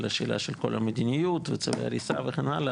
השאלה של כל המדיניות וצווי הריסה וכן הלאה,